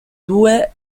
due